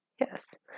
Yes